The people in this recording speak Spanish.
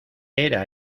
era